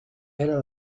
era